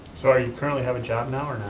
so are you, currently have a job now, or